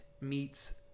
meets